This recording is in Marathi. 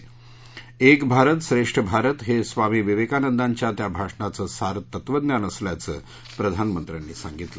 एक भारत श्रेष्ठ भारत हे स्वामी विवेकानदांच्या त्या भाषणाचं सार तत्वज्ञान असल्याचं प्रधानमंत्र्यांनी सांगितलं